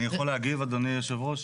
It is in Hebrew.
אני יכול להגיב אדוני יושב הראש?